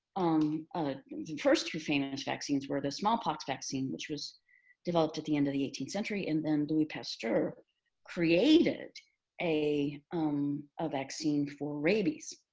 um ah the first few famous vaccines were the smallpox vaccine, which was developed at the end of the eighteenth century, and then louis pasteur created a um ah vaccine for rabies.